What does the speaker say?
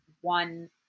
one